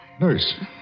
Nurse